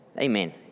Amen